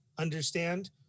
Understand